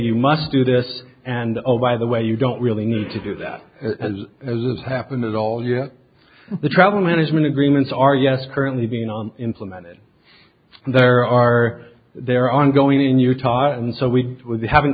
you must do this and oh by the way you don't really need to do that as as is happening all year the travel management agreements are yes currently being implemented there are there ongoing in utah and so we haven't